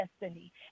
destiny